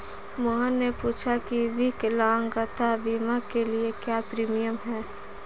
मोहन ने पूछा की विकलांगता बीमा के लिए क्या प्रीमियम है?